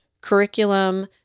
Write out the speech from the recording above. curriculum